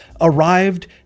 arrived